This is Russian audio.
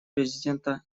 президента